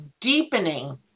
deepening